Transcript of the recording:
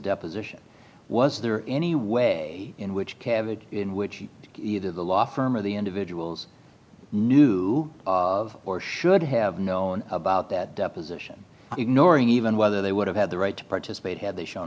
deposition was there any way in which cavity in which either the law firm of the individuals knew of or should have known about that deposition ignoring even whether they would have had the right to participate had they show